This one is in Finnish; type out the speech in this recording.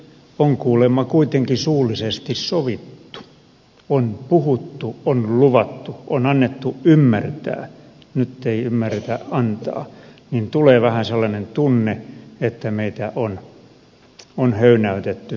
on kuulemma kuitenkin suullisesti sovittu on puhuttu on luvattu on annettu ymmärtää nyt ei ymmärretä antaa niin tulee vähän sellainen tunne että meitä on höynäytetty maailmanmarkkinoilla